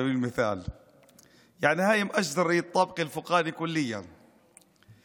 זאת אומרת, אני